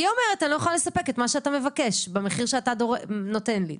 היא אומרת: אני לא יכולה לספק את מה שאתה מבקש במחיר שאתה נותן לי.